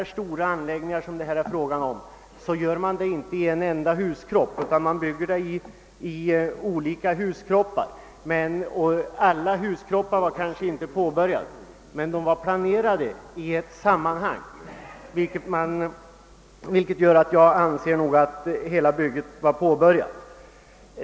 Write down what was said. Så stora anläggningar som det här gäller uppförs givetvis inte i en enda huskropp; man bygger anläggningen i olika huskroppar, och alla var kanske inte påbörjade. De var emellertid planerade i ett sammanhang, och det är detta förhållande som gör. att jag anser att hela bygget var påbörjat.